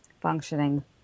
functioning